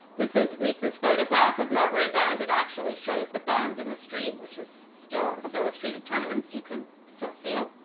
this is riis's photograph of mulberry bend. it actually shows the bend in the street, which is still it's still a street of tenements. you can still see it.